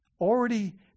Already